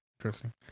Interesting